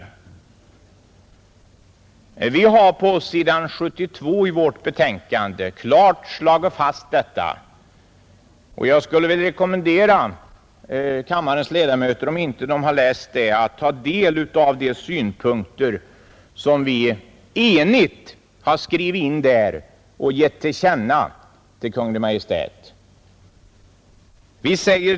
Utskottet har på s. 72 i betänkandet klart slagit fast detta, och jag vill rekommendera kammarens ledamöter, om man inte har läst det, att ta del av de synpunkter som vi enigt har skrivit in där och som vi anser att riksdagen bör ge Kungl. Maj:t till känna.